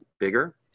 bigger